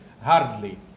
hardly